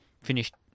finished